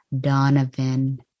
Donovan